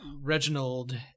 Reginald